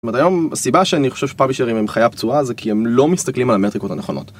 זאת אומרת היום הסיבה שאני חושב שפאבלישרים הם חיה פצועה זה כי הם לא מסתכלים על המטריקות הנכונות.